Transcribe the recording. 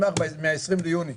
מסמך מה-20 ביוני